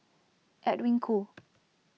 Edwin Koo